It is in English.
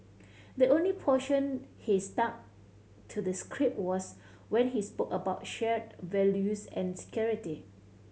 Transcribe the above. the only portion he stuck to the script was when he spoke about shared values and security